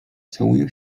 całują